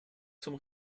zum